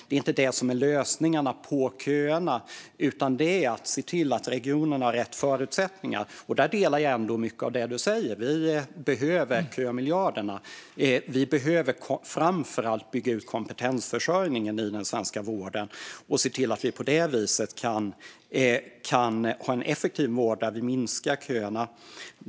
Det är inte det som är lösningen på köerna, utan det är att se till att regionerna har rätt förutsättningar. Där delar jag mycket av det som ledamoten Hultberg säger. Vi behöver kömiljarderna. Vi behöver framför allt bygga ut kompetensförsörjningen i den svenska vården och se till att vi på det viset kan ha en effektiv vård där vi minskar köerna.